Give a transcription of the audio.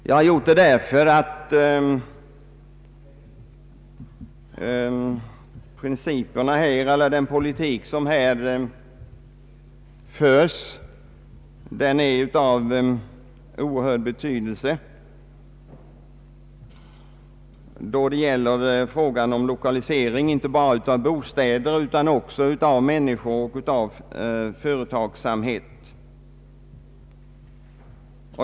Jag gjorde det därför att den politik som förs är av stor betydelse då det gäller lokalisering inte bara av bostäder utan också av människor och företagsamhet.